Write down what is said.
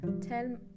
tell